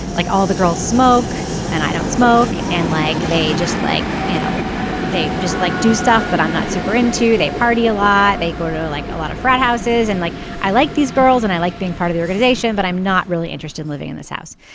like all the girls smoke and i don't smoke. and like they just like you know they just like do stuff that i'm not super into they party a lot. they grow like a lot frat houses and like i like these girls and i like being part of the organization but i'm not really interested in living in this house.